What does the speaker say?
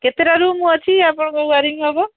କେତେଟା ରୁମ୍ ଅଛି ଆପଣଙ୍କ ଓୟାରିଂ ହବ